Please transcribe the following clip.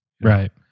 Right